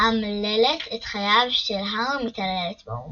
מאמללת את חייו של הארי ומתעללת בו,